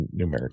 numeric